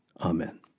Amen